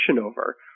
over